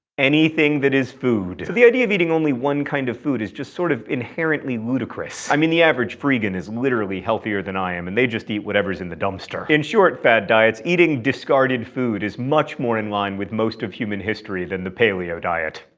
anything that is food. so the idea of eating only one kind of food is just sort of inherently ludicrous. i mean the average freegan is literally healthier than i am, and they just eat whatever is in the dumpster. in short, fad diets, eating discarded food is much more in line with most of human history than the paleo diet.